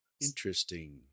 Interesting